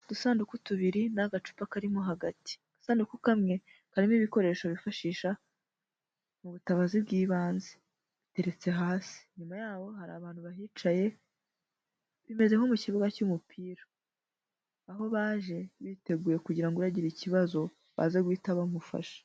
Udusanduku tubiri n'agacupa karimo hagati, agasanduku kamwe karimo ibikoresho bifashisha mu butabazi bw'ibanze, gateretse hasi, inyuma yaho hari abantu bahicaye, bimeze nko mu kibuga cy'umupira, aho baje biteguye kugira ngo uragire ikibazo baze guhita bamufasha.